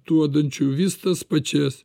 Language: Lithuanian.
duodančių vis tas pačias